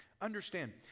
understand